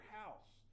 house